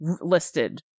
listed